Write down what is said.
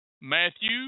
Matthew